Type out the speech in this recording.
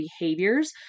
behaviors